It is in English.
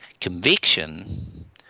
conviction